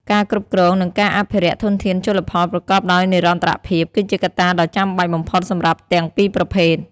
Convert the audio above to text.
ការគ្រប់គ្រង និងការអភិរក្សធនធានជលផលប្រកបដោយនិរន្តរភាព គឺជាកត្តាដ៏ចាំបាច់បំផុតសម្រាប់ទាំងពីរប្រភេទ។